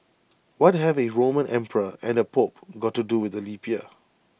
what have A Roman emperor and A pope got to do with the leap year